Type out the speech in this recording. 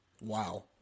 Wow